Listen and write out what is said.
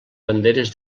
banderes